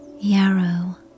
yarrow